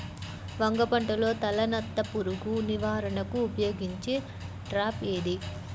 వంగ పంటలో తలనత్త పురుగు నివారణకు ఉపయోగించే ట్రాప్ ఏది?